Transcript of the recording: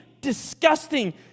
disgusting